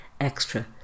extra